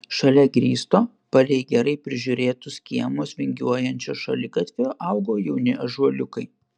šalia grįsto palei gerai prižiūrėtus kiemus vingiuojančio šaligatvio augo jauni ąžuoliukai